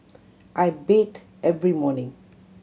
I bathe every morning